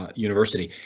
university.